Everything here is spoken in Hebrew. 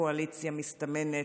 הקואליציה המסתמנת,